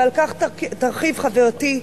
ועל כך תרחיב חברתי,